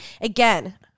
Again